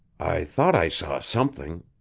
i thought i saw something.